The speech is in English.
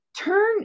turn